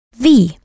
Wie